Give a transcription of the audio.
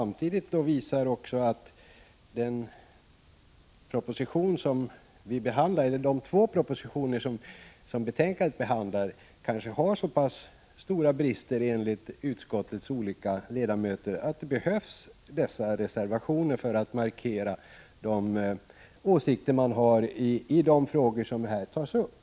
Men de propositioner som behandlas i betänkandet har kanske så pass stora brister enligt utskottets olika ledamöter att dessa reservationer behövs för att markera de åsikter som man har i de frågor som tas upp.